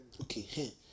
Okay